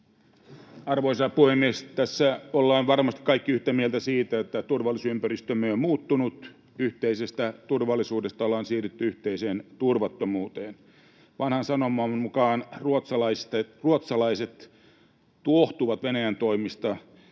Arvoisa puhemies! Tässä ollaan varmasti kaikki yhtä mieltä siitä, että turvallisuusympäristömme on muuttunut, yhteisestä turvallisuudesta ollaan siirrytty yhteiseen turvattomuuteen. Vanhan sanonnan mukaan ruotsalaiset tuohtuvat Venäjän toimista,